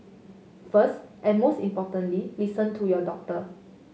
first and most importantly listen to your doctor